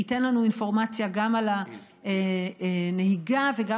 ייתן לנו אינפורמציה גם על הנהיגה וגם